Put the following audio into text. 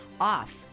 off